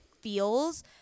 feels